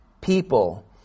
people